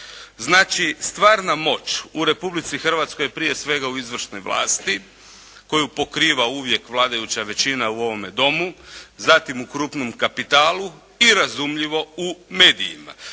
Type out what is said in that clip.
Znači stvarna moć u Republici Hrvatskoj je prije svega u izvršnoj vlasti koju pokriva uvijek vladajuća većina u ovome Domu. Zatim u krupnom kapitalu i razumljivo u medijima.